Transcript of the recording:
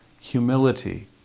humility